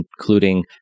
including